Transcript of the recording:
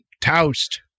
toast